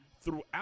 throughout